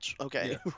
okay